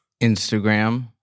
Instagram